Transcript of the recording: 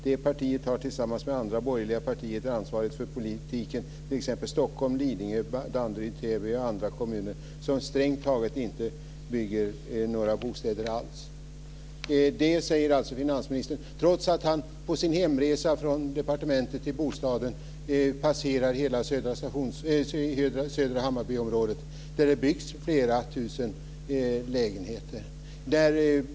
Det partiet har, tillsammans med andra borgerliga partier, ansvaret för politiken i t.ex. Stockholm, Lidingö, Danderyd, Täby och andra kommuner som strängt taget inte bygger några bostäder." Det säger alltså finansministern trots att han på sin hemresa från departementet till bostaden passerar Södra Hammarbyområdet där det byggs flera tusen lägenheter.